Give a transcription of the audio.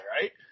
right